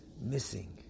missing